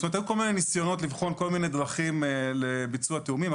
היו כל מיני ניסיונות לבחון כל מיני דרכים לביצוע תאומים.